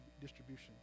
distribution